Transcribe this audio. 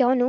কিয়নো